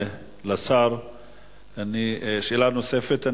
שאלה נוספת?